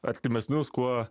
artimesnius kuo